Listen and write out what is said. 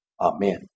Amen